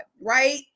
right